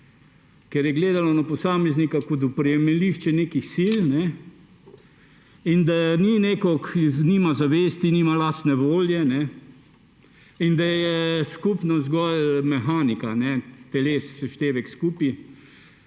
ker je gledalo na posameznika kot oprijemališče nekih sil in da nekako nima zavesti, nima lastne volje in da je skupnost zgolj mehanika teles, seštevek skupaj,